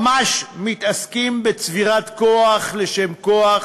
ממש מתעסקים בצבירת כוח לשם כוח